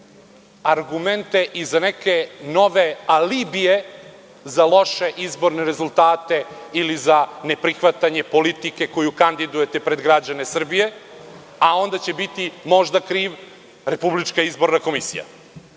argumente i za neke nove alibije za loše izborne rezultate ili za ne prihvatanje politike koju kandidujete pred građane Srbije, a onda će biti možda kriva RIK, što apsolutno